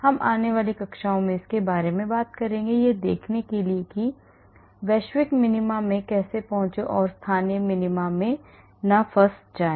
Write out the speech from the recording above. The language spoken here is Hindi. हम आने वाली कक्षाओं में इसके बारे में बात करेंगे कि यह देखने के लिए कि वैश्विक मिनीमा में कैसे पहुंचे और स्थानीय मिनीमा में फंस न जाएं